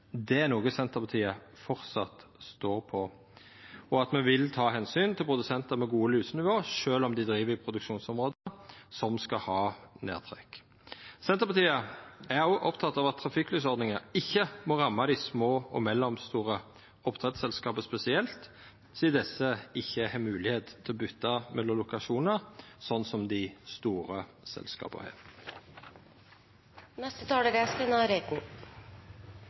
Det er noko Senterpartiet framleis står på, at me vil ta omsyn til produsentar med gode lusenivå sjølv om dei driv i produksjonsområde som skal ha nedtrekk. Senterpartiet er òg oppteke av at trafikklysordninga ikkje må ramma dei små og mellomstore oppdrettsselskapa spesielt, sidan desse ikkje har moglegheit til å byta mellom lokasjonar, sånn som dei store selskapa